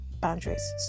boundaries